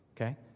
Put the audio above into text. okay